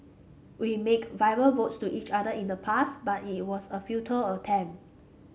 we made verbal vows to each other in the past but it was a futile attempt